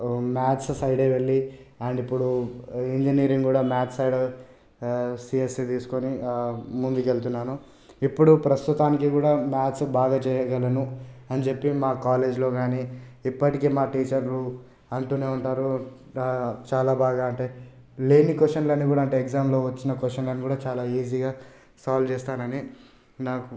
maths సైడే వెళ్ళి and ఇప్పుడు ఇంజనీరింగ్ కూడా మ్యాథ్స్ సైడే సిస్సి తీసుకొని ముందుకు వెళ్తున్నాను ఇప్పుడు ప్రస్తుతానికి కూడా మ్యాథ్స్ బాగా చేయగలను అని చెప్పి మా కాలేజీలో కానీ ఎప్పటికీ మా టీచర్లు అంటూనే ఉంటారు చాలా బాగా అంటే లేని క్వశ్చన్లను అంటే ఎగ్జామ్లొ వచ్చిన క్వశ్చన్లను కూడా చాలా ఈజీగా సాల్వ్ చేస్తానని నా